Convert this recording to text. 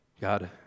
God